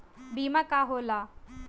बीमा का होला?